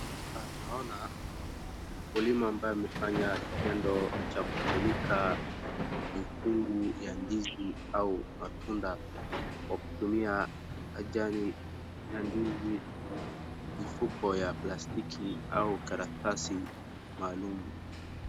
Hapa naona mkulima ambaye amefanya kitendo cha kufunika mikungu ya ndizi au matunda kwa kutumia majani ya ndizi, mifuko ya plastiki au karatasi maalumu.